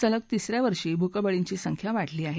सलग तिस या वर्षी भुकबळींची संख्या वाढलेली आहे